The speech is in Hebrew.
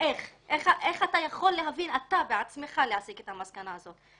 ואתה בעצמך תוכל להסיק את המסקנה הזאת.